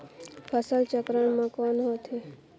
फसल चक्रण मा कौन होथे?